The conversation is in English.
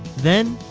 then,